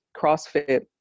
crossfit